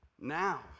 now